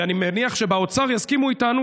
ואני מניח שבאוצר יסכימו איתנו,